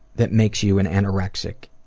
that makes you an anorexic,